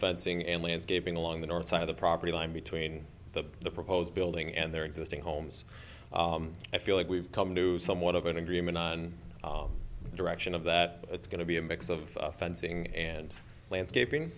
fencing and landscaping along the north side of the property line between the proposed building and their existing homes i feel like we've come to somewhat of an agreement on the direction of that it's going to be a mix of fencing and landscaping